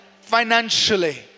Financially